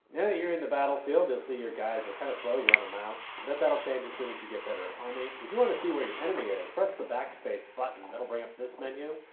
now you're in the battlefield. you'll see your guys are kind of slow. you're on a mountain, but that'll change as soon as you get a better army. if you want to see where your enemy is, press the backspace button. that'll bring up this menu.